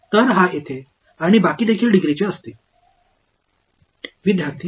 எனவே இங்கே உள்ள இந்தப் பையனும் மீதமுள்ளவர்களும் பட்டம் பெறுவார்கள்